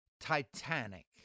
Titanic